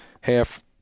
half